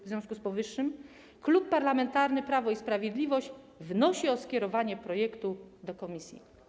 W związku z powyższym Klub Parlamentarny Prawo i Sprawiedliwość wnosi o skierowanie projektu do komisji.